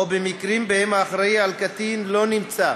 או במקרים שבהם האחראי לקטין לא נמצא,